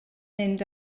mynd